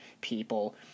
people